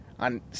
On